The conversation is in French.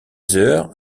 heures